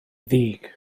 ddig